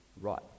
right